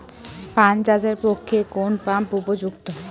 পান চাষের পক্ষে কোন পাম্প উপযুক্ত?